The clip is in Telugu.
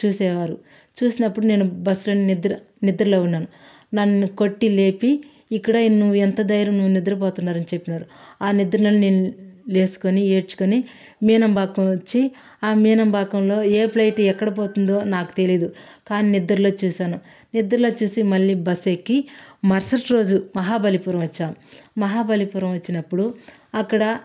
చూసేవారు చూసినప్పుడు నేను బస్లో నిద్ర నిద్రలో ఉన్నాను నన్ను కొట్టి లేపి ఇక్కడ నువ్వు ఎంత ధైర్యంగా నిద్రపోతున్నావ్ అని చెప్పినారు ఆ నిద్రలోనే నేను లేచి కొని ఏడ్చుకొని మీనంబాకం వచ్చి ఆ మీనంబాకంలో ఏ ఫ్లైట్ ఎక్కడికి పోతుందో నాకు తెలీదు కాని నిద్రలో చూసాను నిద్రలో చూసి మళ్ళీ బస్ ఎక్కి మరుసటి రోజు మహాబలిపురం వచ్చాం మహాబలిపురం వచ్చినప్పుడు అక్కడ